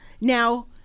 Now